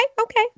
Okay